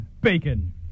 bacon